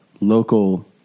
local